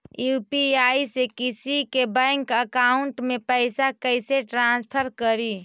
UPI से किसी के बैंक अकाउंट में पैसा कैसे ट्रांसफर करी?